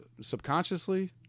subconsciously